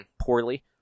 poorly